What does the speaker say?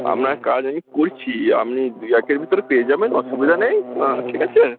আপনার কাজ আমি করছি আপনি একের ভিতরে পেয়ে যাবেন অসুবিধা নেই ঠিক আছে